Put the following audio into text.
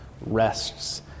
rests